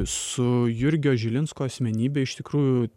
su jurgio žilinsko asmenybe iš tikrųjų